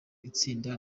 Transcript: itsinda